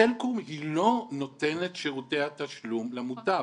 סלקום היא לא נותנת שירותי התשלום למוטב.